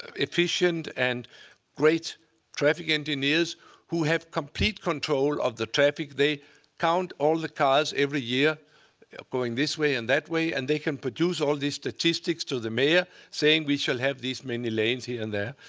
efficient and great traffic engineers who have complete control of the traffic. they count all the cars every year going this this way and that way, and they can produce all the statistics to the mayor saying we shall have these many lanes here and there.